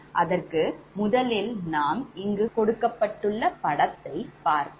அதற்கு முதலில் நாம் இங்கு கொடுக்கப்பட்டுள்ள படத்தை பார்ப்போம்